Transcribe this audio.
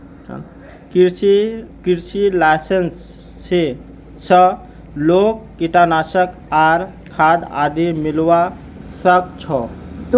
कृषि लाइसेंस स तोक कीटनाशक आर खाद आदि मिलवा सख छोक